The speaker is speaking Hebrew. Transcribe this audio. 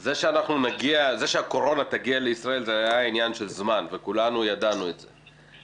זה שהקורונה תגיע לישראל היה עניין של זמן וכולנו ידענו את זה.